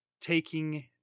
taking